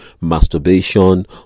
masturbation